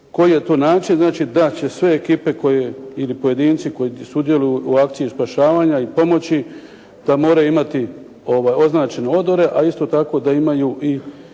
koji je to način. Znači da će sve ekipe ili pojedinci koji sudjeluju u akciji spašavanja i pomoći, da moraju imati označene odore, a isto tako da imaju i